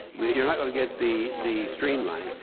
you're not going to get the the streamlining.